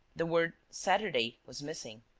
the word saturday was missing.